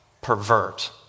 pervert